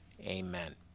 Amen